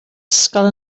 ysgol